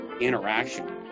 interaction